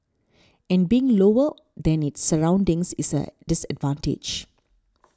and being lower than its surroundings is a disadvantage